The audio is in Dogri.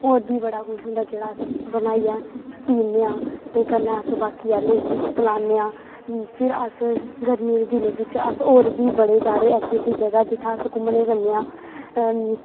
होर बी बड़ा किश होंदा जेह्ड़ा अस बनाइयै पीनेआं ते फिर अस बाकी आह्लें गी पलानेआं फिर अस गरमी दे दिनें बिच्च अस होर बी बड़े सारे ऐसी ऐसी जगह जित्थै अस घुमने गी जनेआं